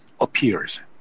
appears